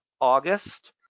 August